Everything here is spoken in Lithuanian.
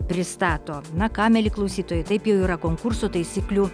pristato na ką mieli klausytojai taip jau yra konkurso taisyklių